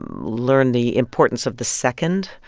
and learn the importance of the second,